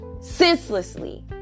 senselessly